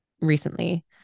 recently